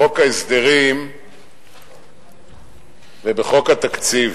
בחוק ההסדרים ובחוק התקציב.